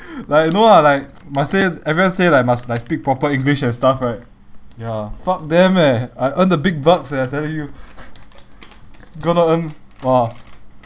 like no ah like must say everyone say like must like speak proper english and stuff right ya fuck them eh I earn the big bucks eh I tell you gonna earn !wah!